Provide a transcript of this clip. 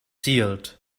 sealed